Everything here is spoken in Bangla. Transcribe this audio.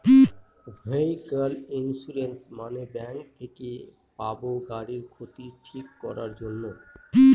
ভেহিক্যাল ইন্সুরেন্স মানে ব্যাঙ্ক থেকে পাবো গাড়ির ক্ষতি ঠিক করাক জন্যে